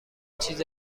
چیز